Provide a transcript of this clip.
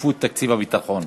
שקיפות תקציב הביטחון).